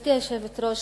גברתי היושבת-ראש,